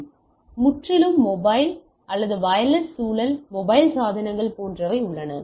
இது முற்றிலும் மொபைல் இது வயர்லெஸ் சூழல் மொபைல் சாதனங்கள் போன்றவை உள்ளன